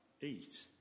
eat